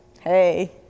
hey